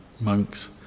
monks